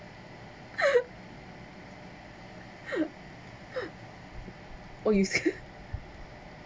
oh you still